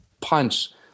punch